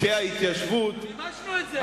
גושי ההתיישבות, אנחנו גם מימשנו את זה.